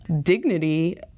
dignity